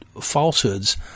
falsehoods